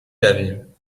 رویم